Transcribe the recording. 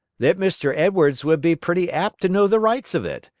that mr. edwards would be pretty apt to know the rights of it,